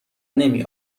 نمی